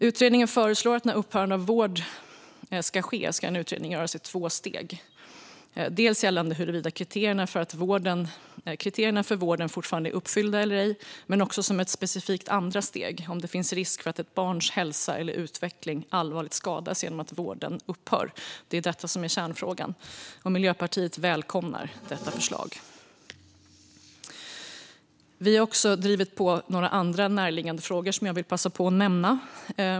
Utredningen föreslår att när upphörande av vård ska ske ska en utredning göras i två steg, först gällande huruvida kriterierna för vården fortfarande är uppfyllda eller ej och därefter, som ett specifikt andra steg, om det finns risk för att ett barns hälsa eller utveckling allvarligt skadas genom att vården upphör. Detta är kärnfrågan, och Miljöpartiet välkomnar förslaget. Vi har också drivit på några andra närliggande frågor.